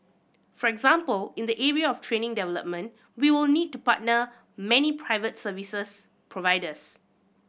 for example in the area of training development we will need to partner many private services providers